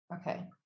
Okay